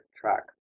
track